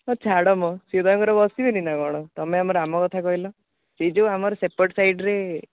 ହଁ ଛାଡ଼ମ ସିଏ ତାଙ୍କର ବସିବେନି ନା କ'ଣ ତୁମେ ଆମର ଆମ କଥା କହିଲ ସେ ଯୋଉ ଆମର ସେପଟ ସାଇଡ୍ରେ